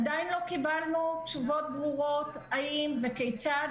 עדיין לא קיבלנו תשובות ברורות האם וכיצד